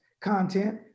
content